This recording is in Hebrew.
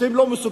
אתם לא מסוגלים,